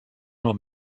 nur